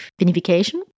vinification